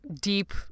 deep